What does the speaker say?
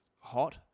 hot